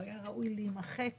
הוא היה ראוי לא להיכנס בכלל,